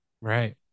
right